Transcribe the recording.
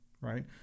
right